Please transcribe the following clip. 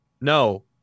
no